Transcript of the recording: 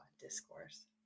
discourse